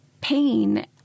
pain